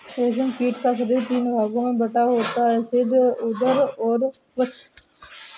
रेशम कीट का शरीर तीन भागों में बटा होता है सिर, उदर और वक्ष